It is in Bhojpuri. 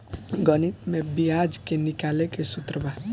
गणित में ब्याज के निकाले के सूत्र बा